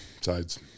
Sides